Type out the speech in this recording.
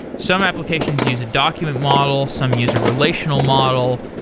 some applications use a document model. some use a relational model.